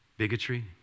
bigotry